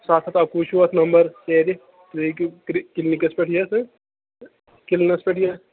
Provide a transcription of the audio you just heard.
سَتھ ہَتھ اَکوُہ چھُو اَتھ نمبر سیرِ تُہۍ ہیٚکِو کِلنِکَس پٮ۪ٹھ یِتھ کِلنَس پٮ۪ٹھ یِتھ